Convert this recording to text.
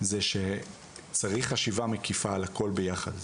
זה שצריך חשיבה מקיפה על הכל ביחד.